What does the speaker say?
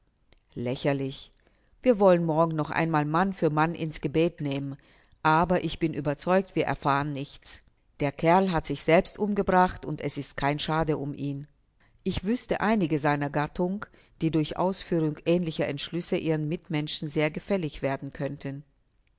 lächerlich wir wollen morgen noch einmal mann für mann in's gebet nehmen aber ich bin überzeugt wir erfahren nichts der kerl hat sich selbst umgebracht und es ist kein schade um ihn ich wüßte einige seiner gattung die durch ausführung ähnlicher entschlüsse ihren mitmenschen sehr gefällig werden könnten